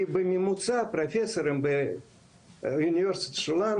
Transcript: כי בממוצע פרופסורים באוניברסיטאות שלנו,